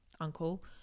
uncle